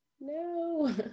No